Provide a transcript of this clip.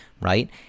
right